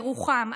בירוחם,